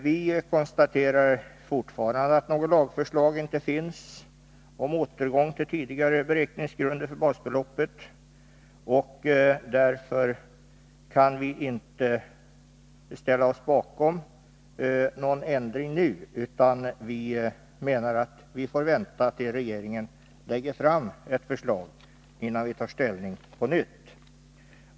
Vi konstaterar fortfarande att något lagförslag inte finns om återgång till tidigare beräkningsgrunder för basbeloppet. Därför kan vi inte ställa oss bakom någon ändring nu, utan vi menar att man får vänta tills regeringen lägger fram ett annat förslag innan man tar ställning på nytt.